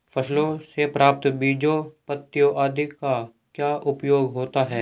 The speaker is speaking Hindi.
फसलों से प्राप्त बीजों पत्तियों आदि का क्या उपयोग होता है?